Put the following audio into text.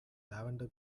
lavender